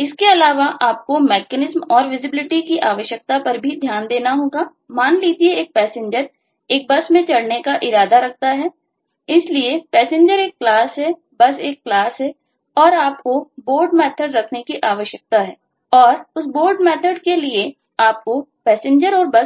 इसके अलावा आपको मैकेनिज्म की आवश्यकता